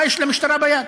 מה יש למשטרה ביד.